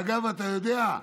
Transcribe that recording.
אגב, אתה יודע,